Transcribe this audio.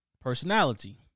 personality